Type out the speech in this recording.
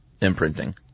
Imprinting